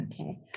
Okay